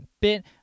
bit